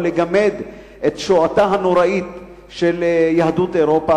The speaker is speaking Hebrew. או לגמד את השואה הנוראית של יהדות אירופה